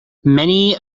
many